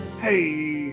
Hey